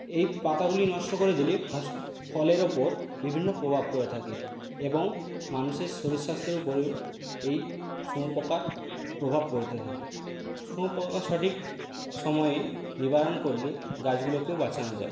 এই পাতাগুলি নষ্ট করে দিলে ফস ফলের ওপর বিভিন্ন প্রভাব পড়ে থাকে এবং মানুষের শরীরস্বাস্থ্যের ওপরেও এই শুঁয়োপোকার প্রভাব পড়তে থাকে শুঁয়োপোকা সঠিক সময়ে নিবারণ করলে গাছগুলোকেও বাঁচানো যায়